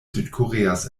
südkoreas